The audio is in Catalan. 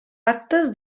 actes